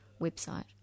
website